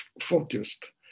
focused